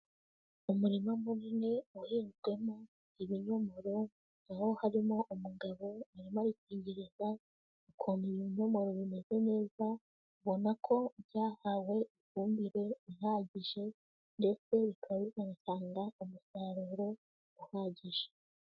Umurima munini uhinzwemo ibinyomoro. Aho harimo umugabo arimo yikingiririza, Ukuntu ibi binyomoro bimeze neza, abona ko byahawe ifumbire ihagije, ndetse bikatanga umusaruro uhagije.